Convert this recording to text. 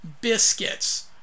biscuits